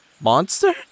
monster